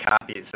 copies